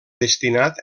destinat